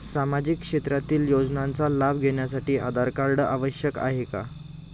सामाजिक क्षेत्रातील योजनांचा लाभ घेण्यासाठी आधार कार्ड आवश्यक आहे का?